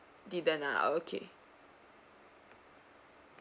didn't ah okay